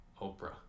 Oprah